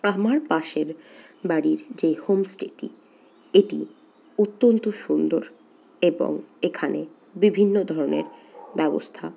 আমার পাশের বাড়ির যে হোমস্টেটি এটি অত্যন্ত সুন্দর এবং এখানে বিভিন্ন ধরনের ব্যবস্থা